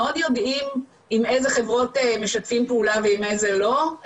מאוד יודעים עם איזה חברות משתפים פעולה ועם איזה לא.